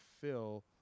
fill